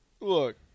Look